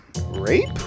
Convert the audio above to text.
rape